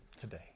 today